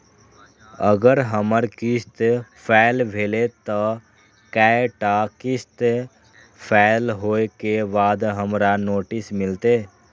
अगर हमर किस्त फैल भेलय त कै टा किस्त फैल होय के बाद हमरा नोटिस मिलते?